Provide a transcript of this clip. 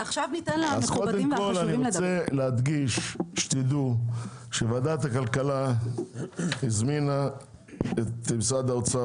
אני רוצה להדגיש כדי שתדעו שוועדת הכלכלה הזמינה את משרד האוצר,